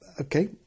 okay